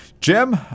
Jim